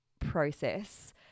process